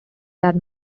that